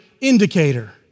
indicator